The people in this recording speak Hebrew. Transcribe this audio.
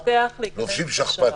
לובשים שכפ"צים.